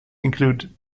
include